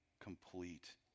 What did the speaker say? complete